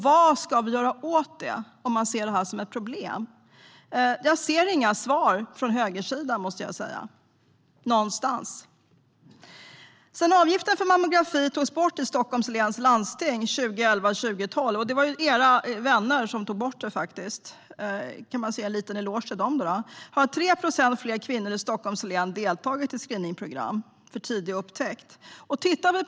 Vad ska vi göra åt det här om man ser det som ett problem? Jag hittar inga svar någonstans från högersidan. Sedan avgiften för mammografi togs bort i Stockholms läns landsting vid årsskiftet 2011/12 - det var faktiskt era vänner som tog bort den, så de ska ha en liten eloge - har 3 procent fler kvinnor i Stockholms län deltagit i screeningprogrammet för tidig upptäckt av bröstcancer.